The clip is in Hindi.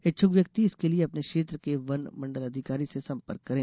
इच्छुक व्यक्ति इसके लिए अपने क्षेत्र के वन मंडलाधिकारी से सम्पर्क करें